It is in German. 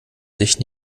sich